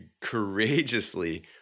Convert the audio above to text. courageously